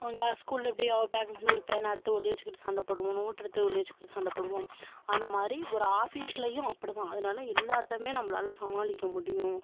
க ஸ்கூலில் எப்படி அவள் பேக்லேந்து ஒரு பேனா எடுத்து ஒழியை வெச்சுக்கிட்டு சண்ட போடுவோம் நோட் எடுத்து ஒழியை வெச்சுக்கிட்டு சண்டை போடுவோம் அந்த மாதிரி ஒரு ஆஃபீஸ்லேயும் அப்படி தான் அதனால் எல்லாத்தமே நம்மளால சமாளிக்க முடியும்